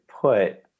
put